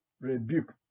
rebuke